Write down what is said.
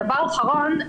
דבר אחרון,